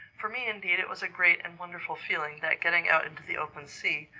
for me indeed it was a great and wonderful feeling, that getting out into the open sea,